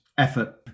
Effort